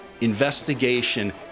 investigation